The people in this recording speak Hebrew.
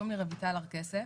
שלום וברכה.